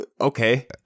okay